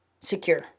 secure